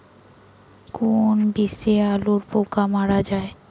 কোন বিষে আলুর পোকা মারা যায়?